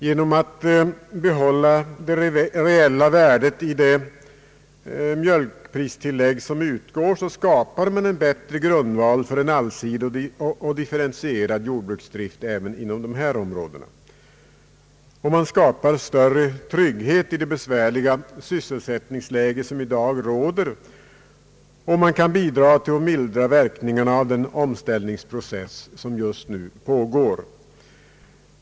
Genom att behålla det reella värdet hos mjölkpristillägget skapar man en bättre grundval för en allsidig och differentierad jordbruksdrift även inom dessa områden och större trygghet i det besvärliga sysselsättningsläge som i dag råder, och man kan bidra till att mildra verkningarna av den omställningsprocess som just nu pågår.